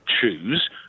choose